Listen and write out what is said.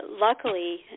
luckily